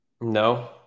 No